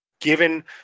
given